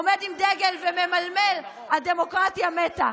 עומד עם דגל וממלמל: הדמוקרטיה מתה,